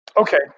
okay